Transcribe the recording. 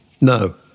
No